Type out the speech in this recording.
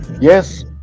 Yes